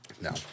No